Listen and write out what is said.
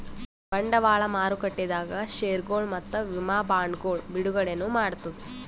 ಬಂಡವಾಳ್ ಮಾರುಕಟ್ಟೆದಾಗ್ ಷೇರ್ಗೊಳ್ ಮತ್ತ್ ವಿಮಾ ಬಾಂಡ್ಗೊಳ್ ಬಿಡುಗಡೆನೂ ಮಾಡ್ತದ್